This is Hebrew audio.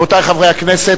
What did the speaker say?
רבותי חברי הכנסת,